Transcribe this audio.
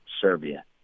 Serbia